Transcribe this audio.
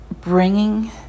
bringing